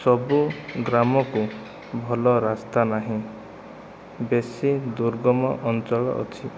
ସବୁ ଗ୍ରାମକୁ ଭଲ ରାସ୍ତା ନାହିଁ ବେଶି ଦୁର୍ଗମ ଅଞ୍ଚଳ ଅଛି